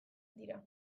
dira